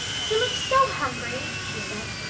she looked so hungry, she said.